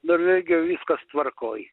norvegijoj viskas tvarkoj